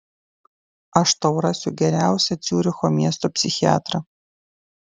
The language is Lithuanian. aš tau rasiu geriausią ciuricho miesto psichiatrą